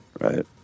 Right